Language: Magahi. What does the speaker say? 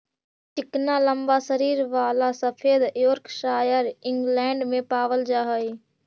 चिकना लम्बा शरीर वाला सफेद योर्कशायर इंग्लैण्ड में पावल जा हई